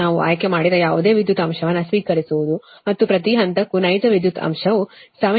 ನಾವು ಆಯ್ಕೆ ಮಾಡಿದ ಯಾವುದೇ ವಿದ್ಯುತ್ ಅಂಶವನ್ನು ಸ್ವೀಕರಿಸುವುದು ಮತ್ತು ಪ್ರತಿ ಹಂತಕ್ಕೂ ನೈಜ ವಿದ್ಯುತ್ ನಷ್ಟವು 787